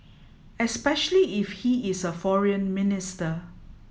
especially if he is a foreign minister